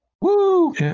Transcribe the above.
Woo